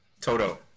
Toto